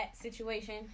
situation